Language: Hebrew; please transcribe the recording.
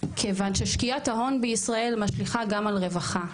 כיוון ששקיעת ההון בישראל משליכה גם על רווחה,